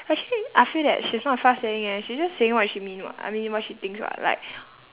actually I feel that she's not fuss saying eh she's just saying what she mean [what] I mean what she thinks [what] like